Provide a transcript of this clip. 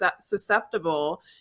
susceptible